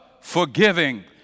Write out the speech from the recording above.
Forgiving